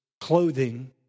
clothing